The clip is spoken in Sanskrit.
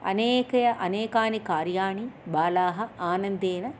अनेकानि कार्याणि बालाः आनन्देन